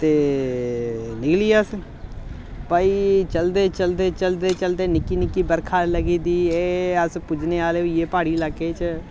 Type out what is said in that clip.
ते निकली गे अस भाई चलदे चलदे चलदे चलदे निक्की निक्की बरखा लग्गी दी एह् अस पुज्जने आह्ले होई गे प्हाड़ी लाके च